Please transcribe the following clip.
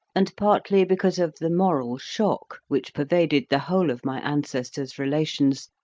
and partly because of the moral shock which pervaded the whole of my ancestor's relations,